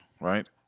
right